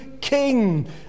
king